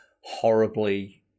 horribly